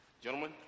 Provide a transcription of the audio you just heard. Gentlemen